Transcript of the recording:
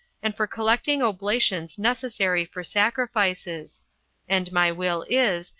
and for collecting oblations necessary for sacrifices and my will is,